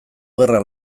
gerra